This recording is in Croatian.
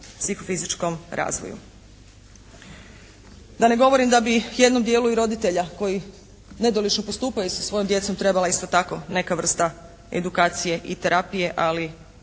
psihofizičkom razvoju. Da ne govorim da bi jednom dijelu i roditelja koji nedolično postupaju sa svojom djecom trebala isto tako neka vrsta edukacije i terapije, ali